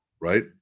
Right